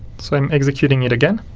so i'm executing it again